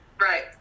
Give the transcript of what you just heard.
Right